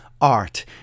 art